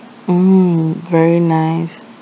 mm very nice